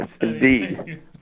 indeed